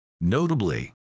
notably